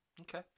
Okay